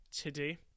Today